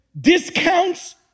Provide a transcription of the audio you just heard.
discounts